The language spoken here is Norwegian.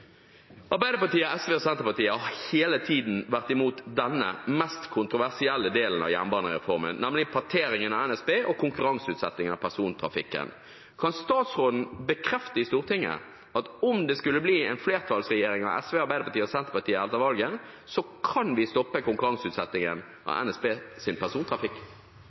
Arbeiderpartiet, SV og Senterpartiet har hele tiden vært imot denne mest kontroversielle delen av jernbanereformen, nemlig parteringen av NSB og konkurranseutsettingen av persontrafikken. Kan statsråden bekrefte i Stortinget at om det skulle bli en flertallsregjering av SV, Arbeiderpartiet og Senterpartiet etter valget, kan vi stoppe konkurranseutsettingen av NSBs persontrafikk?